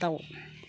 दाउ